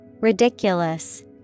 Ridiculous